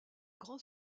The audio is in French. grand